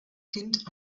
kind